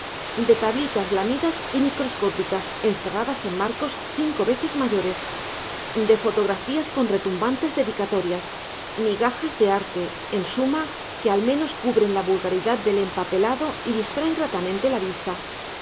de tablitas lamidas y microscópicas encerradas en marcos cinco veces mayores de fotografías con retumbantes dedicatorias migajas de arte en suma que al menos cubren la vulgaridad del empapelado y distraen gratamente la vista